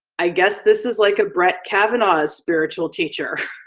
i guess this is like a brett kavanaugh, spiritual teacher.